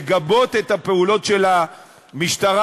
לגבות את הפעולות של המשטרה,